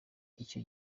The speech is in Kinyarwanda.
icyo